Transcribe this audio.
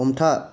हमथा